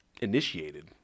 initiated